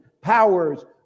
powers